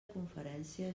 conferència